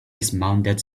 dismounted